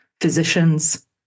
physicians